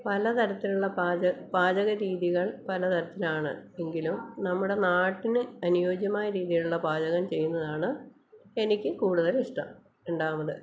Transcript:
പലതരത്തിലുള്ള പാച പാചകരീതികൾ പലതരത്തിലാണ് എങ്കിലും നമ്മുടെ നാട്ടിന് അനുയോജ്യമായ രീതിയിലുള്ളപാചകം ചെയ്യുന്നതാണ് എനിക്ക് കൂടുതൽ ഇഷ്ടം രണ്ടാമത്